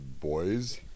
boys